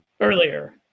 earlier